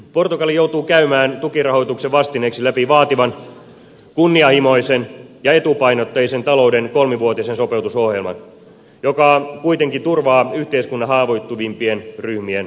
portugali joutuu käymään tukirahoituksen vastineeksi läpi vaativan kunnianhimoisen ja etupainotteisen talouden kolmivuotisen sopeutusohjelman joka kuitenkin turvaa yhteiskunnan haavoittuvimpien ryhmien aseman